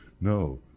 No